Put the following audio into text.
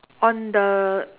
on the